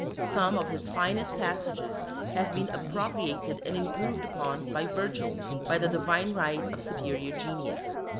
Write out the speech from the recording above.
some of his finest passages have been appropriated and improved upon by virgil by the divine right of superior genius.